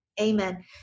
Amen